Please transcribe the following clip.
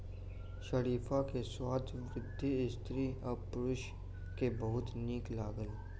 शरीफा के स्वाद वृद्ध स्त्री आ पुरुष के बहुत नीक लागल